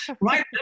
Right